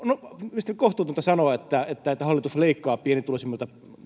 on kohtuutonta sanoa että että hallitus leikkaa pienituloisimmilta